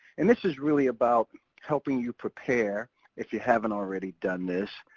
and this is really about helping you prepare if you haven't already done this,